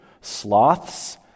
Sloths